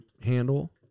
handle